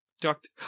Doctor